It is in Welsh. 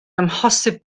amhosib